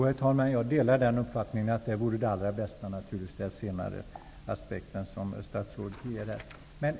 Herr talman! Jag delar den uppfattningen. Det statsrådet sade om den senare aspekten vore naturligtvis det allra bästa.